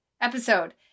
episode